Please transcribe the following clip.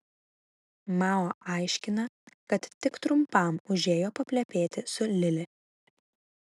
mao aiškina kad tik trumpam užėjo paplepėti su lili